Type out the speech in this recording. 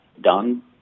done